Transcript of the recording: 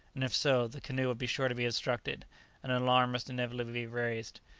and if so, the canoe would be sure to be obstructed, and an alarm must inevitably be raised.